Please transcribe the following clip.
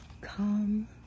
come